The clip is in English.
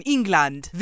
England